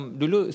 dulu